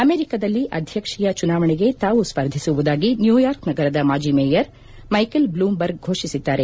ಅಮೆರಿಕದಲ್ಲಿ ಅಧ್ಯಕ್ಷೀಯ ಚುನಾವಣೆಗೆ ತಾವು ಸ್ಪರ್ಧಿಸುವುದಾಗಿ ನ್ಯೂಯಾರ್ಕ್ ನಗರದ ಮಾಜಿ ಮೇಯರ್ ಮೈಕೆಲ್ ಬ್ಲೂಂ ಬರ್ಗ್ ಘೋಷಿಸಿದ್ದಾರೆ